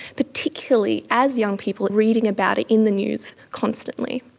particularly as young people are reading about it in the news constantly.